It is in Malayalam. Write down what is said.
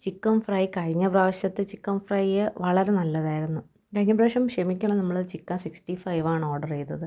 ചിക്കൻ ഫ്രൈ കഴിഞ്ഞ പ്രാവശ്യത്തെ ചിക്കൻ ഫ്രൈ വളരെ നല്ലതായിരുന്നു കഴിഞ്ഞ പ്രാവശ്യം ക്ഷമിക്കണം നമ്മൾ ചിക്കൻ സിക്സ്റ്റി ഫൈവാണ് ഓഡർ ചെയ്തത്